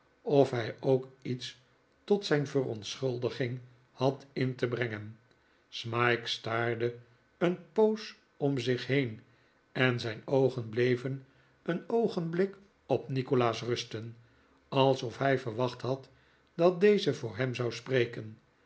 of hij ook iets tot zijn verontschuldiging had in te brengen smike staarde een poos om zich heen en zijn oogen bleven een oogenblik op nikolaas rusten alsof hij verwacht had dat deze voor hem zou spreken